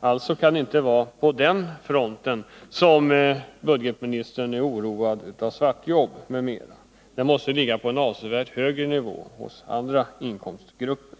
Alltså kan det inte vara på den nivån som budgetministern är oroad av svartjobb m.m. De problemen måste ligga på en avsevärt högre nivå, hos andra inkomstgrupper.